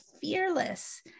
fearless